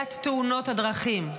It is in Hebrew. בעיית תאונות הדרכים.